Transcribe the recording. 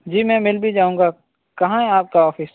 جی میں مل بھی جاؤں گا کہاں ہے آپ کا آفس